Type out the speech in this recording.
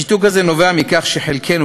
השיתוק הזה נובע מכך שחלקנו,